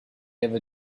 ever